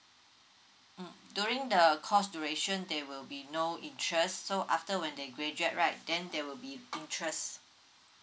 mm during the a course duration they will be no interest so after when they graduate right then they will be interest